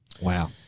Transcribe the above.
Wow